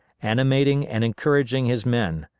animating and encouraging his men.